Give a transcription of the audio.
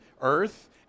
Earth